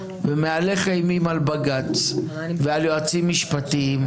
ומהלך אימים על בג"ץ ועל יועצים משפטיים,